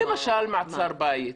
למשל מעצר בית,